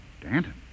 Danton